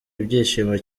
ibyishimo